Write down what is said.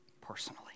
personally